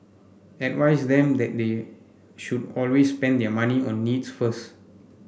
advise them that they should always spend their money on needs first